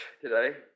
today